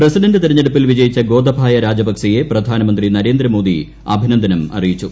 president തെരഞ്ഞെടുപ്പിൽ വിജയിച്ച ഗോതബായ രജപക്സയെ പ്രധാനമന്ത്രി നരേന്ദ്രമോദി അഭിന്ദ്ദ്ഗം അറിയിച്ചു